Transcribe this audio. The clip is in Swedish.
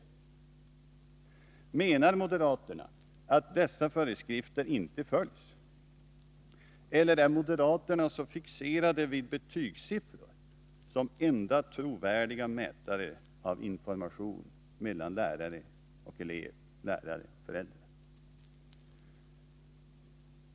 Menar moderaterna att dessa föreskrifter inte följs, eller är moderaterna så fixerade vid betygssiffror som enda trovärdiga mätare av information mellan lärare-elev och lärare-föräldrar?